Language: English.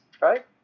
right